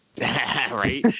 right